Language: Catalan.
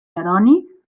jeroni